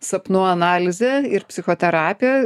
sapnų analizę ir psichoterapiją